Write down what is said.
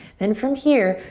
then from here,